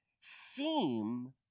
seem